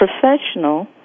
professional